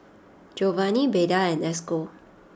Jovany Beda and Esco